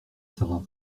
sara